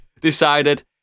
decided